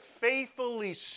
faithfully